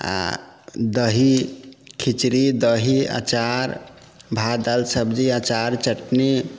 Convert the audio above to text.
आओर दही खिचड़ी दही अचार भात दालि सब्जी अचार चटनी